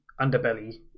underbelly